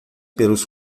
pelos